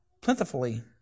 plentifully